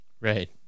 Right